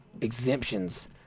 exemptions